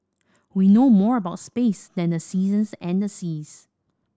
we know more about space than the seasons and the seas